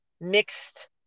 mixed